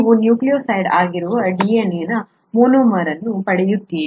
ನೀವು ನ್ಯೂಕ್ಲಿಯೊಟೈಡ್ ಆಗಿರುವ DNA ಯ ಮೊನೊಮರ್ ಅನ್ನು ಪಡೆಯುತ್ತೀರಿ